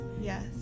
Yes